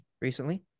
recently